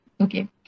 Okay